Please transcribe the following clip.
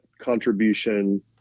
contribution